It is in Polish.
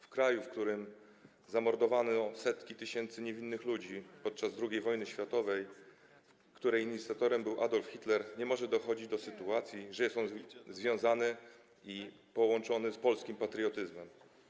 W kraju, w którym zamordowano setki tysięcy niewinnych ludzi podczas II wojny światowej, której inicjatorem był Adolf Hitler, nie może dochodzić do sytuacji, że jest on związany i połączony z polskim patriotyzmem.